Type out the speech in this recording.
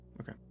okay